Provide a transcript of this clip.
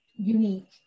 unique